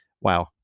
wow